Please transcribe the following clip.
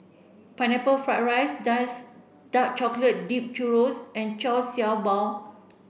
Pineapple fried rice dies dark chocolate dip churro and Sha Bao